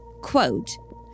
quote